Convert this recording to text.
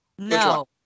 No